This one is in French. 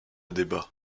débat